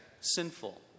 sinful